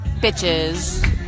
bitches